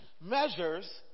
measures